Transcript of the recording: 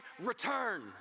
return